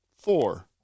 Four